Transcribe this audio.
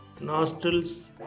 nostrils